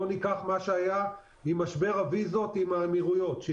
ניקח למשל את מה שהיה עם משבר הוויזות עם האמירויות.